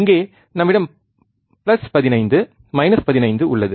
இங்கே நம்மிடம் plus 15 minus 15 உள்ளது